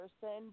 person